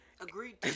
agreed